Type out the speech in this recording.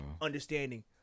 understanding